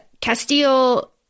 Castile